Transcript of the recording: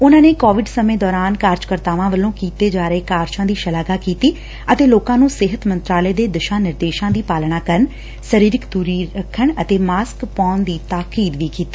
ਉਨਾ ਨੇ ਕੋਵਿਡ ਸਮੇ ਦੌਰਾਨ ਕਾਰਜ ਕਰਤਾਵਾਂ ਵੱਲੋ ਕੀਤੇ ਜਾ ਰਹੇ ਕਾਰਜਾਂ ਦੀ ਸ਼ਲਾਘਾ ਕੀਤੀ ਅਤੇ ਲੋਕਾਂ ਨੂੰ ਸਿਹਤ ਮੰਤਰਾਲੇ ਦੇ ਦਿਸ਼ਾ ਨਿਰਦੇਸ਼ਾਂ ਦੀ ਪਾਲਣਾ ਕਰਨ ਸਰੀਰਕ ਦੁਰੀ ਰੱਖਣ ਅਤੇ ਮਾਸਕ ਪਾਉਣ ਦੀ ਤਾਕੀਦ ਕੀਤੀ